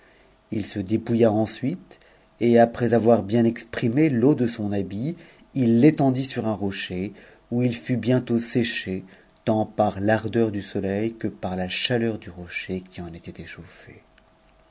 ji se dépouilla ensuite et après avoir bien exprimé l'eau son habit il l'étendit sur un rocher où il fut bientôt séché tant par deut du soleil que par la chaleur du rocher qui en était échaunë